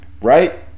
Right